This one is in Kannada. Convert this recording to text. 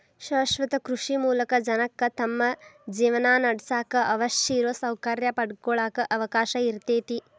ಶಾಶ್ವತ ಕೃಷಿ ಮೂಲಕ ಜನಕ್ಕ ತಮ್ಮ ಜೇವನಾನಡ್ಸಾಕ ಅವಶ್ಯಿರೋ ಸೌಕರ್ಯ ಪಡ್ಕೊಳಾಕ ಅವಕಾಶ ಇರ್ತೇತಿ